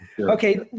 Okay